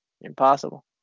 Impossible